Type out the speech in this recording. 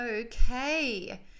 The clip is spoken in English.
Okay